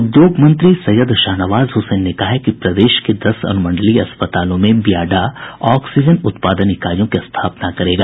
उद्योग मंत्री सैयद शाहनवाज हुसैन ने कहा है कि प्रदेश के दस अनुमंडलीय अस्पतालों में बियाडा ऑक्सीजन उत्पादन इकाईयों की स्थापना करेगा